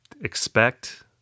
expect